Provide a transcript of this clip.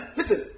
Listen